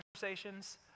conversations